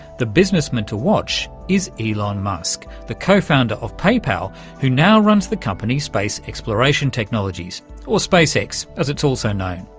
the businessman to watch is elon musk, the co-founder of paypal who now runs the company space exploration technologies or space x, as it's also known.